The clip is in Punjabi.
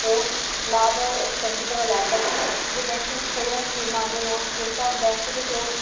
ਜੋ ਲਾਭ ਚੰਗੀ ਤਰ੍ਹਾਂ ਲੈ ਸਕਣ ਜੋ ਬੈਂਕ ਦੇ ਵਿੱਚ ਕਈ ਵਾਰ ਸਕੀਮ ਆਉਂਦੀ ਲੋਨ ਸਕੀਮ ਤਾਂ ਬੈਂਕ ਦੇ ਜੋ